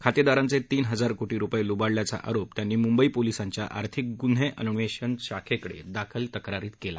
खातेदारांचे तीन हजार कोटी रुपये लुबाडल्याचा आरोप त्यांनी मुंबई पोलिसांच्या आर्थिक गुन्हे अन्वेषण शाखेकडे दाखल तक्रारीत केला